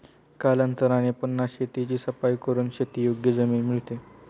कालांतराने पुन्हा शेताची सफाई करून शेतीयोग्य जमीन मिळते